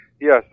Yes